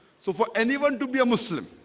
so for anyone to be a muslim